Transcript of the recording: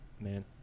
man